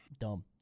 Dumb